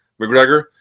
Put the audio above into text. McGregor